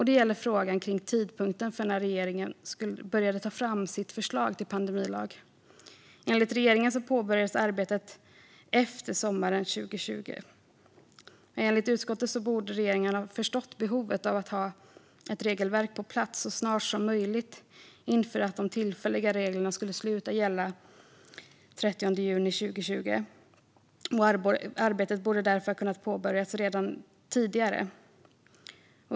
Det gäller tidpunkten för när regeringen började ta fram sitt förslag till pandemilag. Enligt regeringen påbörjades arbetet efter sommaren 2020. Enligt utskottet borde regeringen ha förstått behovet av att ha ett regelverk på plats så snart som möjligt inför att de tillfälliga reglerna skulle sluta gälla den 30 juni 2020. Arbetet borde därför ha kunnat påbörjas redan tidigare.